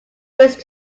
used